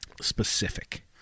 specific